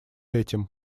этим